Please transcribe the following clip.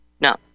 No